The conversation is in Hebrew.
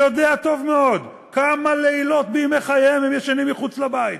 והוא יודע טוב מאוד כמה לילות בימי חייהם הם ישנים מחוץ לבית.